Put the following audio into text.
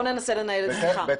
בואו ננסה לנהל את זה.